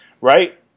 Right